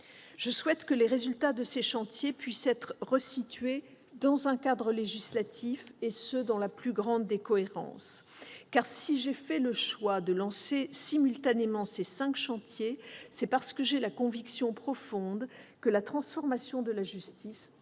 Je souhaite que les résultats de ces chantiers puissent être restitués dans un cadre législatif avec la plus grande cohérence, car, si j'ai fait le choix de lancer simultanément ces cinq chantiers, c'est parce que j'ai la conviction que la transformation de la justice ne